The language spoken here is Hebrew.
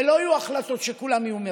ולא יהיו החלטות שכולם יהיו מרוצים.